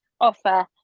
offer